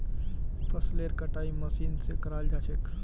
फसलेर कटाई मशीन स कराल जा छेक